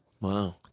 Wow